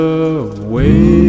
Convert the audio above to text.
away